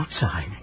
outside